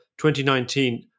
2019